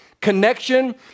Connection